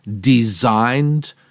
designed